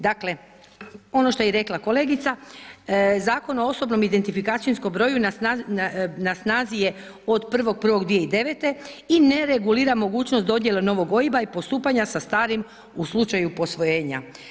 Dakle ono što je rekla i kolegica, Zakon o osobnom identifikacijskom broju na snazi je od 1.1.2009. i ne regulira mogućnost dodjele novog OIB-a i postupanja sa starim u slučaju posvojenja.